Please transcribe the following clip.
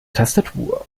tastatur